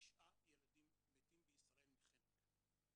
תשעה ילדים מתים בישראל מחנק,